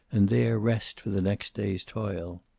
and there rest for the next day's toil.